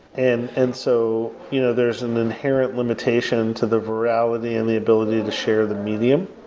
and and so you know there's an inherent limitation to the virality and the ability to share the medium.